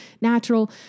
natural